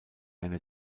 eine